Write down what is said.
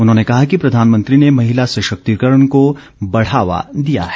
उन्होंने कहा कि प्रधानमंत्री ने महिला सशक्तिकरण को बढ़ावा दिया है